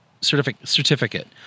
certificate